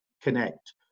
connect